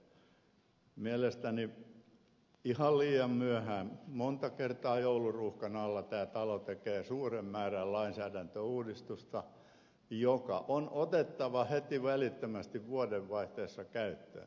mielestäni ihan liian myöhään monta kertaa jouluruuhkan alla tämä talo tekee suuren määrän lainsäädäntöuudistusta joka on otettava heti välittömästi vuodenvaihteessa käyttöön